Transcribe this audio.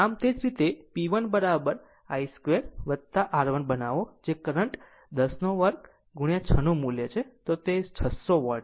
આમ તે જ રીતે P 1I 1 square R 1 બનાવો જે કરંટ 10 વર્ગ 6 ની મુલ્ય છે તો તે 600 વોટ છે